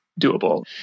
doable